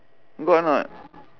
got or not